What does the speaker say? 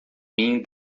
mim